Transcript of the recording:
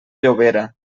llobera